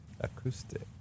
Acoustic